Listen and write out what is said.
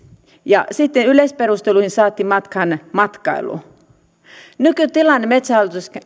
ja sitten yleisperusteluihin saatiin matkailu nykytilanne metsähallituksen